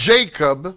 Jacob